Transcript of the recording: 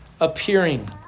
appearing